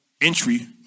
entry